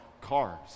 cars